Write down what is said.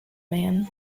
man